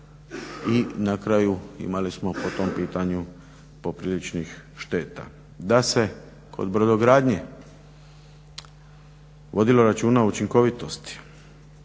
i na kraju imali smo po tom pitanju popriličnih šteta. Da se kod brodogradnje vodilo računa o učinkovitosti